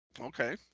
okay